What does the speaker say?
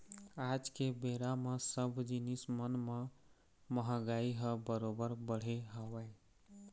आज के बेरा म सब जिनिस मन म महगाई ह बरोबर बढ़े हवय